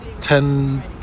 ten